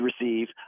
receive